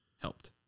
helped